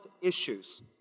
issues